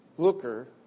Looker